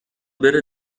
بره